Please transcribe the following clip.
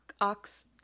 Ox